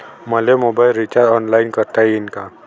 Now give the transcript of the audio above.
मले mobile recharge online करता येईन का?